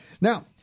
Now